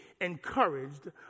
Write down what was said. encouraged